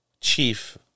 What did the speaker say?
chief